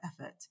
effort